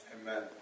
Amen